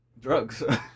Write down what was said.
drugs